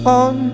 on